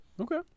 Okay